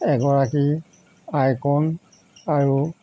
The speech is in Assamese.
এগৰাকী আইকন আৰু